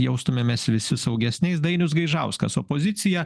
jaustumėmės visi saugesniais dainius gaižauskas opozicija